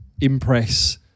impress